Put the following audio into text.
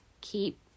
keep